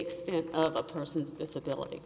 extent of a person's disability